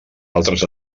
altres